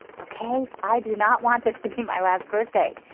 okay i do not want this to be my last birthday.